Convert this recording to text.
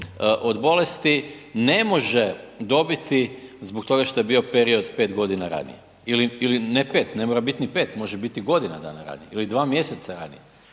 od bolesti, ne može dobiti zbog toga što je period 5 godina ranije, ili ne 5, ne mora biti 5, može biti i godina dana ranije, ili 2 mjeseca ranije.